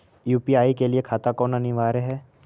UPI के लिए खाता होना अनिवार्य है?